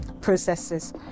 processes